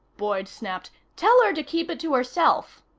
boyd snapped, tell her to keep it to herself.